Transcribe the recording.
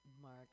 Mark